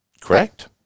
Correct